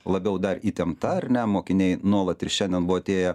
labiau dar įtempta ar ne mokiniai nuolat ir šiandien buvo atėję